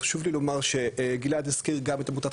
חשוב לי לומר שגלעד הזכיר גם את עמותת